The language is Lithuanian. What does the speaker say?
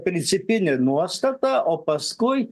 principinė nuostata o paskui